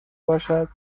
باشد